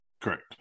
Correct